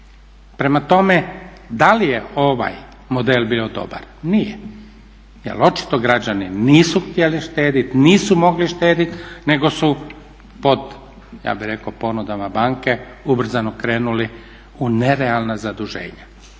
Prema tome, da li je ovaj model bio dobar, nije, jer očito građani nisu htjeli štedit, nisu mogli štedit nego su pod ja bih rekao ponudama banke ubrzano krenuli u nerealna zaduženja